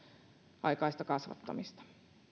määräaikaista kasvattamista